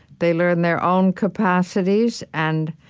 they learn their own capacities and